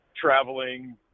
traveling